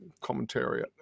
commentariat